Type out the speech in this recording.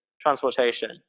transportation